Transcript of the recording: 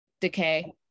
decay